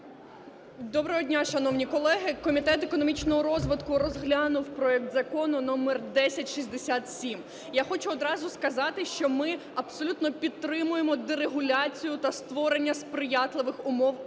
Доброго дня, шановні колеги! Комітет економічного розвитку розглянув проект Закону № 1067. Я хочу одразу сказати, що ми абсолютно підтримуємо дерегуляцію та створення сприятливих умов ведення